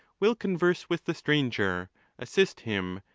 will converse with the stranger assist him,